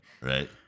Right